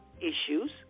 issues